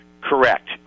Correct